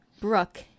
Brooke